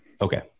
Okay